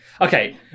okay